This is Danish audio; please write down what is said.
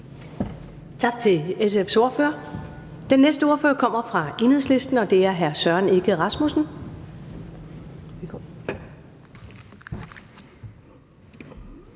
Tak til SF's ordfører. Den næste ordfører kommer fra Enhedslisten, og det er hr. Søren Egge Rasmussen.